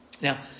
Now